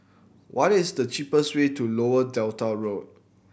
what is the cheapest way to Lower Delta Road